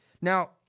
Now